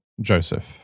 Joseph